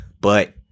but-